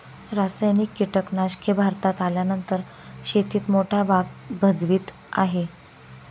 रासायनिक कीटनाशके भारतात आल्यानंतर शेतीत मोठा भाग भजवीत आहे